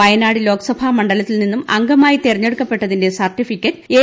വയനാട് വോക്സഭാ മണ്ഡലത്തിൽ നിന്നും അംഗമായി തെരഞ്ഞെടുക്കപ്പെട്ടതിന്റെ സർട്ടിഫിക്കറ്റ് എ